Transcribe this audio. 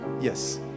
yes